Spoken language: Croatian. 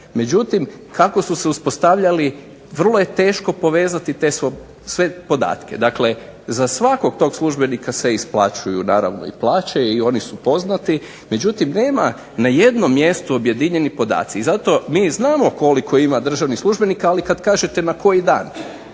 Međutim, kako su se uspostavljali vrlo je teško povezati te sve podatke. Dakle, za svakog tog službenika se isplaćuju naravno i plaće i oni su i poznati, međutim nema na jednom mjestu objedinjeni podaci. I zato mi znamo koliko ima državnih službenika ali kada kažete na koji dan.